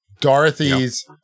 dorothy's